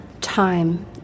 time